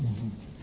Hvala